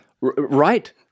right